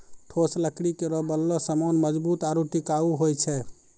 ठोस लकड़ी केरो बनलो सामान मजबूत आरु टिकाऊ होय छै